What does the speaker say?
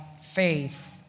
faith